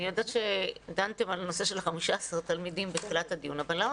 אני יודעת שדנתם בנושא של ה-15 תלמידים בתחילת הישיבה אבל למה